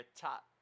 top